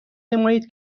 نمایید